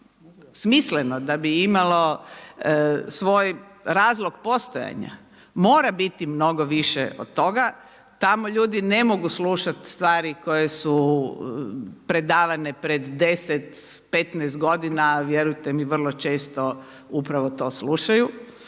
smisleno, da bi imalo svoj razlog postojanja, mora biti mnogo više od toga. Tamo ljudi ne mogu slušati stvari koje su predavane pred 10, 15 godina a vjerujte mi vrlo često upravo to slušaju